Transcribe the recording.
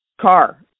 Car